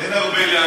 אין הרבה לאן,